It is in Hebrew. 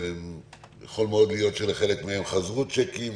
יכול מאוד להיות שלחלק מהן חזרו צ'קים,